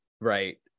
right